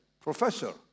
Professor